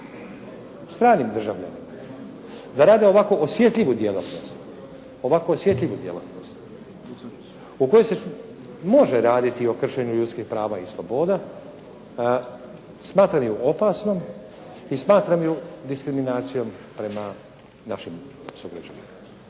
stranim državljanima, da rade ovako osjetljivu djelatnost u kojoj se može raditi o kršenju ljudskih prava i sloboda, smatram ju opasnom i smatram ju diskriminacijom prema našim sugrađanima.